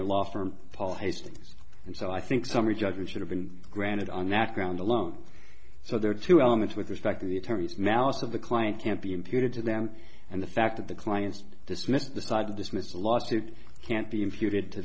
their law firm paul hastings and so i think summary judgment should have been granted on that ground alone so there are two elements with respect to the attorney's malice of the client can't be imputed to them and the fact that the client's dismissed decide to dismiss a lawsuit can't be imputed to